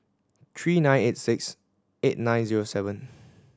three nine eight six eight nine zero seven